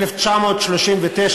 1939,